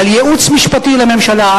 לייעוץ משפטי לממשלה,